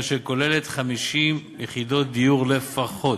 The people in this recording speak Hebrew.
ואשר כוללת 50 יחידות דיור לפחות,